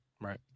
Right